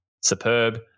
superb